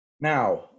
Now